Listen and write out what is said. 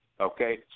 Okay